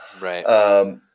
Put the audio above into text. Right